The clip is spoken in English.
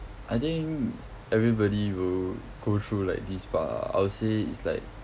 I think everybody will go through like this part lah I would say it's like